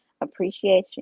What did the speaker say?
Appreciation